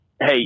Hey